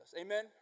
Amen